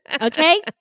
Okay